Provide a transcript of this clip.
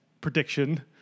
prediction